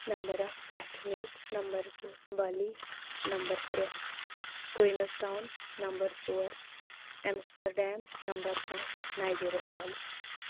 number اَکھ Athens number زٕ Bali number ترےٚ کوینٕز ٹاوُن نَمبَر ژور اؠمسٹرڈیم نَمبَر پانٛژھ نَایٔجیرِیا فالٕز